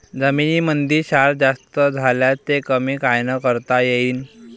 जमीनीमंदी क्षार जास्त झाल्यास ते कमी कायनं करता येईन?